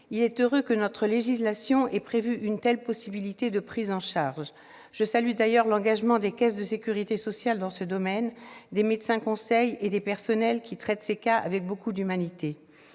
Il est heureux que notre législation ait prévu une telle possibilité de prise en charge. Je salue d'ailleurs l'engagement, dans ce domaine, des caisses de sécurité sociale, des médecins-conseils et des personnels, qui traitent ces cas avec beaucoup d'humanité.